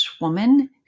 woman